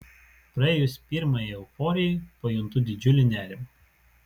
praėjus pirmajai euforijai pajuntu didžiulį nerimą